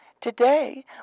Today